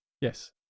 Yes